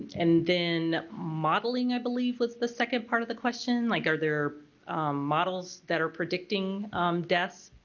and then modeling i believe was the second part of the question like are there models that are predicting deaths,